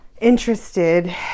interested